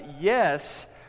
Yes